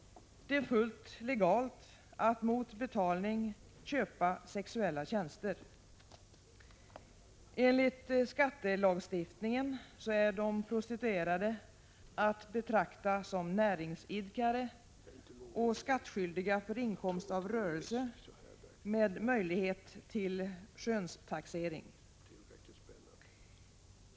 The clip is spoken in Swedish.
Det är fullt legalt att köpa sexuella tjänster. Enligt skattelagstiftningen är de prostituterade att betrakta som näringsidkare och skattskyldiga för inkomst av rörelse med möjlighet till skönstaxering.